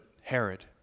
Herod